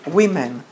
women